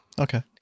Okay